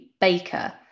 Baker